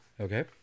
Okay